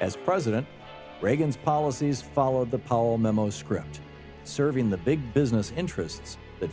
as president reagan's policies followed the power memo script serving the big business interests that